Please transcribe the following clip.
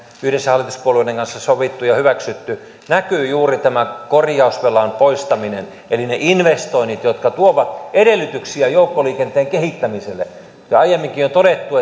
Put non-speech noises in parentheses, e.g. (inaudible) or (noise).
yhdessä hallituspuolueiden kanssa sovittu ja hyväksytty näkyy juuri tämä korjausvelan poistaminen eli ne investoinnit jotka tuovat edellytyksiä joukkoliikenteen kehittämiselle ja ja aiemminkin on todettu (unintelligible)